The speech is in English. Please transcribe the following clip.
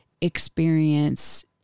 experience